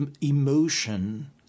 emotion